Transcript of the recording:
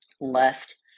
left